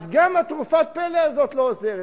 אז גם תרופת הפלא הזאת לא עוזרת.